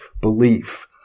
Belief